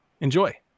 enjoy